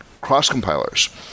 cross-compilers